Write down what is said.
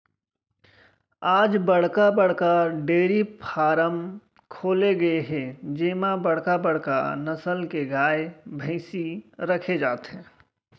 आज बड़का बड़का डेयरी फारम खोले गे हे जेमा बड़का बड़का नसल के गाय, भइसी राखे जाथे